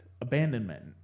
abandonment